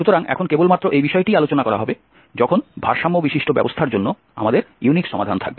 সুতরাং এখন কেবলমাত্র এই বিষয়টিই আলোচনা করা হবে যখন ভারসাম্য বিশিষ্ট ব্যবস্থার জন্য আমাদের ইউনিক সমাধান থাকবে